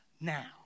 now